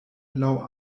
laŭ